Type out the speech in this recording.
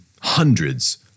hundreds